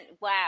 wow